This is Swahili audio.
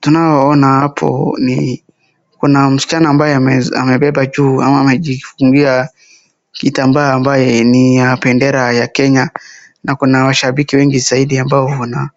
Tunaowaona hapo ni, kuna msichana ambaye amebeba juu ama maejifungia kitambaa ambayo ni ya Kenya na kuna mashabiki wengi zaidi ambao wana